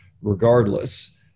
regardless